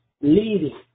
leading